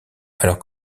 alors